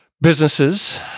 businesses